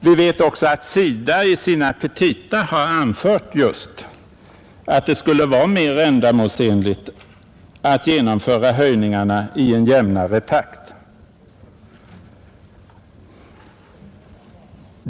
Vi vet också att SIDA i sina petita anfört att det skulle vara mera ändamålsenligt att genomföra höjningarna i en jämnare takt.